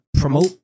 promote